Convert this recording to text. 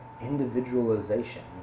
individualization